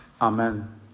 Amen